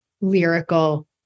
lyrical